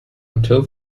until